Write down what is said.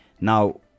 Now